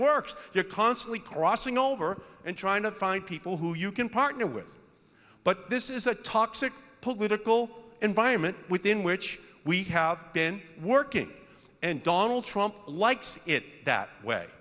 works you're constantly crossing over and trying to find people who you can partner with but this is a toxic political environment within which we have been working and donald trump likes it that way